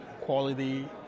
quality